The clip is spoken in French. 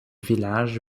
village